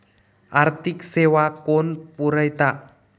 आर्थिक सेवा कोण पुरयता?